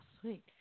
sweet